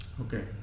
Okay